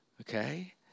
Okay